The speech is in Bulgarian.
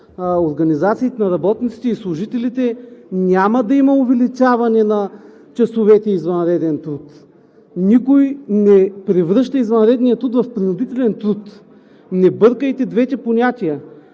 организациите на работниците и служителите няма да има увеличаване на часовете извънреден труд. Никой не превръща извънредния труд в принудителен труд. Не бъркайте двете понятия.